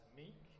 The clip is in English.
meek